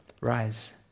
Rise